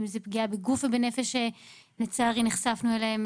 אם זו פגיעה בגוף ובנפש שלצערי נחשפנו אליהם,